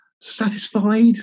satisfied